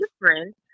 different